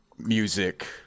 Music